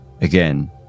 Again